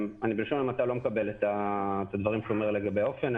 בלשון המעטה אני לא מקבל את הדברים שהוא אומר לגבי האופן.